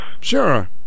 Sure